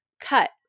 cut